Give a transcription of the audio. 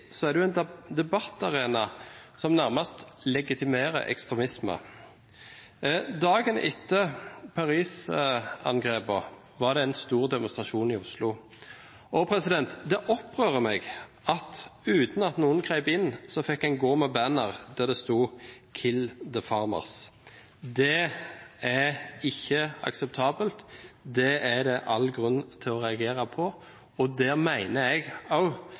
er det en debattarena som nærmest legitimerer ekstremisme. Dagen etter Paris-angrepene var det en stor demonstrasjon i Oslo, og det opprører meg at man – uten at noen grep inn – fikk gå med banner der det sto: «Kill the farmers!» Det er ikke akseptabelt, det er det all grunn til å reagere på, og